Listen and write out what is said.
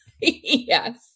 Yes